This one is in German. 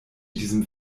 diesem